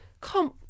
come